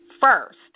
first